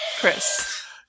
Chris